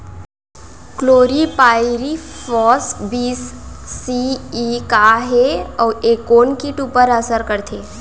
Chlorpyrifos बीस CE का हे अऊ ए कोन किट ऊपर असर करथे?